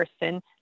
person